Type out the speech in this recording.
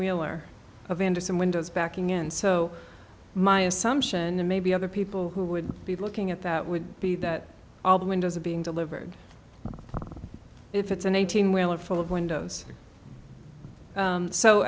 wheeler of andersen windows backing in so my assumption and maybe other people who would be looking at that would be that all the windows are being delivered if it's an eighteen wheeler full of windows